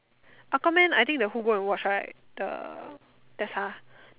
Aquaman I think the who go and watch right the Tessa